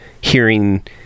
hearing